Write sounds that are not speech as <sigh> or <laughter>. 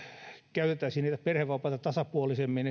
käytettäisiin perhevapaita tasapuolisemmin <unintelligible>